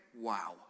wow